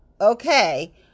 Okay